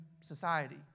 society